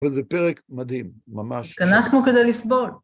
וזה פרק מדהים, ממש. התכנסנו כדי לסבול.